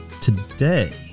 Today